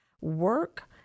work